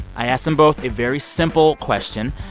i asked them both a very simple question.